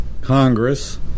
Congress